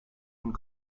and